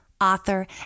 author